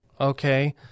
Okay